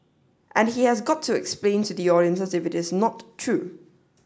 and he has got to explain to the audiences if it is not true